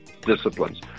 disciplines